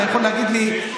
אתה יכול להגיד לי,